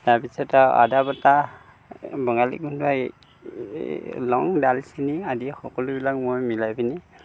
তাৰপিছত আৰু আদা বটা বঙালী গোন্ধোৱা এই লং ডালচেনি আদি সকলোবিলাক মই মিলাই পিনি